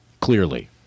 clearly